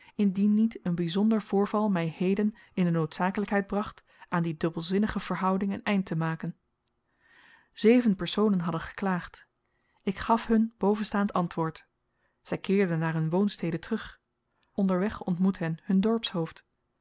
indien niet een byzonder voorval my heden in de noodzakelykheid bracht aan die dubbelzinnige verhouding een eind te maken zeven personen hadden geklaagd ik gaf hun bovenstaand antwoord zy keerden naar hun woonstede terug onder weg ontmoet hen hun